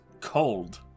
cold